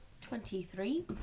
Twenty-three